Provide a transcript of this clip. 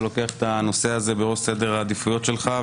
לוקח את הנושא הזה בראש סדר העדיפויות שלך,